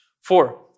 Four